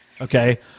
okay